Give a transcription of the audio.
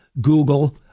Google